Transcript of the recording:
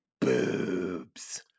boobs